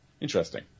Interesting